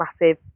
massive